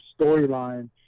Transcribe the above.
storyline